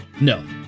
No